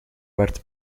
werd